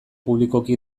publikoki